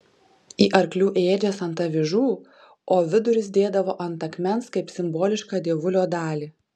į arklių ėdžias ant avižų o vidurius dėdavo ant akmens kaip simbolišką dievulio dalį